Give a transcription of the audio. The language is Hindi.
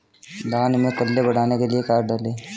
धान में कल्ले बढ़ाने के लिए क्या डालें?